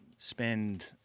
Spend